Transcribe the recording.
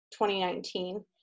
2019